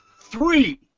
three